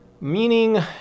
Meaning